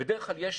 בדרך כלל יש